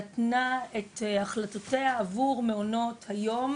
נתנה את החלטותיה עבור מעונות היום,